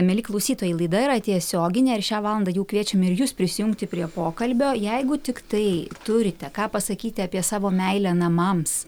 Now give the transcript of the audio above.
mieli klausytojai laida yra tiesioginė ir šią valandą jau kviečiame jus prisijungti prie pokalbio jeigu tiktai turite ką pasakyti apie savo meilę namams